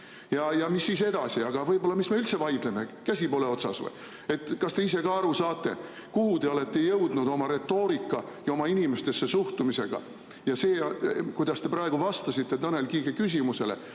Mis siis edasi? Aga miks me üldse vaidleme, käsi pole otsas või? Kas te ise ka aru saate, kuhu te olete jõudnud oma retoorika ja oma inimestesse suhtumisega? Ja see, kuidas te praegu vastasite Tanel Kiige küsimusele,